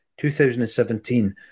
2017